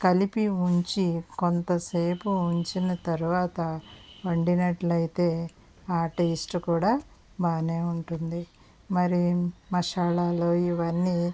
కలిపి ఉంచి కొంతసేపు ఉంచిన తర్వాత వండినట్లయితే ఆ టేస్ట్ కూడా బాగానే ఉంటుంది మరి మసాలాలో ఇవన్నీ